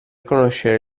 conoscere